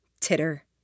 Titter